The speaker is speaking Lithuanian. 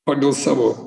pagal savo